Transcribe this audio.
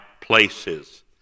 places